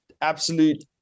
absolute